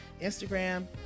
Instagram